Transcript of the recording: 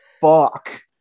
fuck